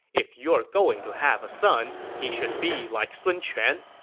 if you're going to have a son, he should be like sun quan,